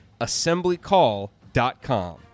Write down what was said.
assemblycall.com